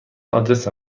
آدرس